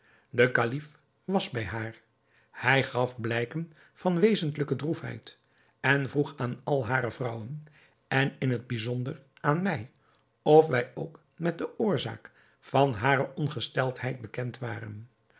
de kalif was bij haar hij gaf blijken van wezentlijke droefheid en vroeg aan al hare vrouwen en in het bijzonder aan mij of wij ook met de oorzaak van hare ongesteldheid bekend waren